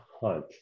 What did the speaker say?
Hunt